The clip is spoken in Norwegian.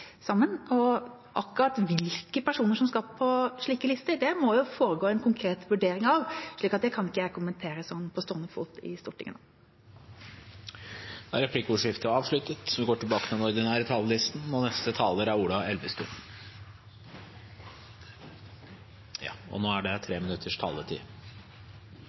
sammen. Akkurat hvilke personer som skal på slike lister, må det foregå en konkret vurdering av, slik at det kan ikke jeg kommentere på stående fot i Stortinget. Replikkordskiftet er avsluttet. De talere som heretter får ordet, har en taletid på inntil 3 minutter. Angrepet på Ukraina fortsetter, og det er